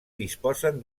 disposen